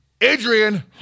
Adrian